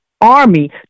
army